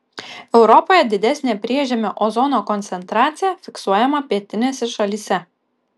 europoje didesnė priežemio ozono koncentracija fiksuojama pietinėse šalyse